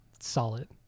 Solid